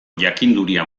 jakinduria